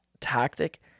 tactic